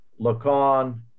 Lacan